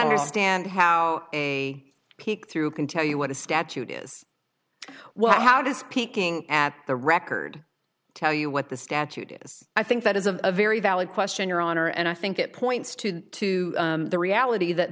understand how a peek through can tell you what a statute is well how does peeking at the record tell you what the statute is i think that is a very valid question your honor and i think it points to to the reality that